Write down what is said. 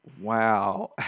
Wow